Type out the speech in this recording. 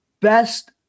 best –